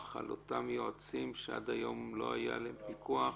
על אותם יועצים שעד היום לא היה עליהם פיקוח.